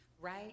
right